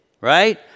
right